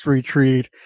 Retreat